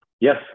Yes